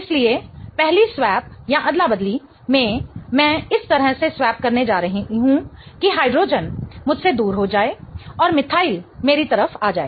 इसलिए पहली स्वैप में मैं इस तरह से स्वैप करने जा रहा हूं कि हाइड्रोजन मुझसे दूर हो जाए और मिथाइल मेरी तरफ आ जाए